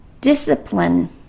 discipline